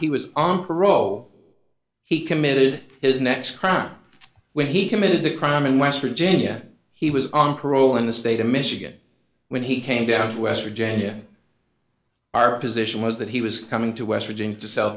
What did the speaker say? he was on parole he committed his next crime when he committed the crime in west virginia he was on parole in the state of michigan when he came down to west virginia our position was that he was coming to west virginia to sell